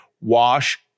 wash